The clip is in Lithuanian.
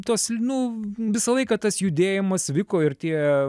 tos nu visą laiką tas judėjimas vyko ir tie